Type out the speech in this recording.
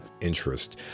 interest